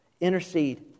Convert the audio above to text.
Intercede